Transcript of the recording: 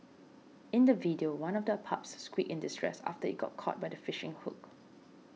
in the video one of the pups squeaked in distress after it got caught by the fishing hook